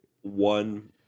one